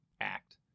act